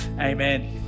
Amen